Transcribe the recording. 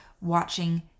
watching